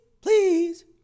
please